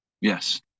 Yes